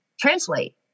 translate